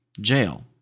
jail